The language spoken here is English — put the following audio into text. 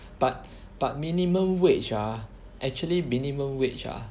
but but minimum wage ah actually minimum wage ah